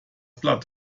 blatt